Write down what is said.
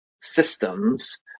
systems